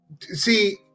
See